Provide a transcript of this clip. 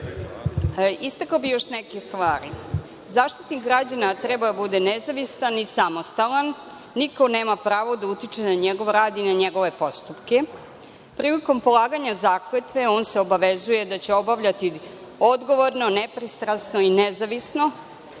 istakla bih još neke stvari. Zaštitnik građana treba da bude nezavistan i samostalan, niko nema pravo da utiče na njegov rad i na njegove postupke. Prilikom polaganja zakletve on se obavezuje da će obavljati odgovorno, nepristrasno i nezavisno